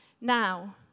now